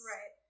Right